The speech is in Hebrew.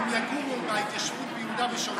במיוחד אם יגורו בהתיישבות ביהודה ושומרון.